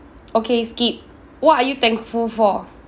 okay skip what are you thankful for